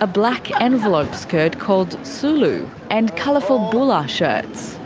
a black envelope skirt called sulu, and colourful bula shirts.